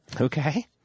Okay